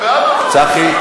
צחי?